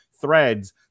threads